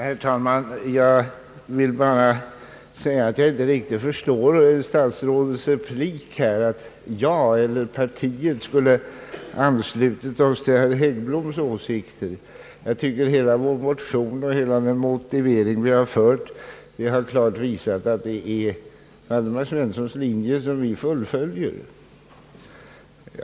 Herr talman! Jag vill bara framhålla att jag inte riktigt förstår statsrådets replik. Han menade att jag eller mitt parti skulle ha slutit an till herr Häggbloms åsikter. Jag tycker att hela vår motion och den motivering vi anfört visar att det är en Waldemar Svenssons linje vi fullföljer.